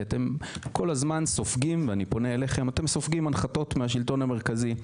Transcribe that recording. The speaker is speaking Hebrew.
כי אתם כל הזמן סופגים הנחתות מהשלטון המרכזי.